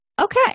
Okay